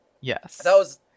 yes